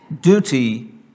duty